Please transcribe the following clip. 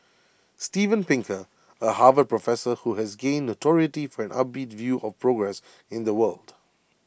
Steven Pinker A Harvard professor who has gained notoriety for an upbeat view of progress in the world